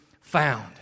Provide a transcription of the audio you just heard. found